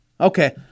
Okay